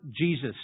Jesus